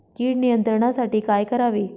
कीड नियंत्रणासाठी काय करावे?